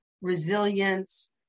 resilience